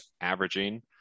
averaging